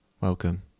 Welcome